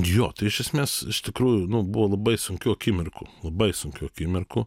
jo tai ir iš esmės iš tikrųjų nu buvo labai sunkių akimirkų labai sunkių akimirkų